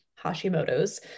Hashimoto's